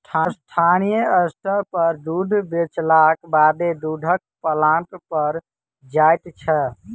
स्थानीय स्तर पर दूध बेचलाक बादे दूधक प्लांट पर जाइत छै